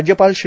राज्यपाल श्री